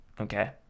okay